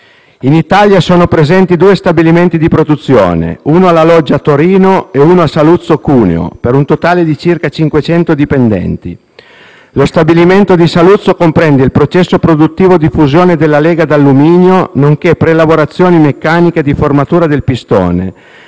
In Italia sono presenti due stabilimenti di produzione, uno a La Loggia (Torino) e uno a Saluzzo (Cuneo), per un totale di circa 500 dipendenti. Lo stabilimento di Saluzzo comprende il processo produttivo di fusione della lega d'alluminio, nonché prelavorazioni meccaniche di formatura del pistone,